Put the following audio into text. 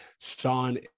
Sean